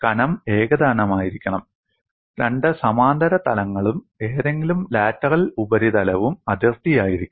കനം ഏകതാനമായിരിക്കണം രണ്ട് സമാന്തര തലങ്ങളും ഏതെങ്കിലും ലാറ്ററൽ ഉപരിതലവും അതിർത്തിയായിരിക്കണം